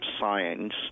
science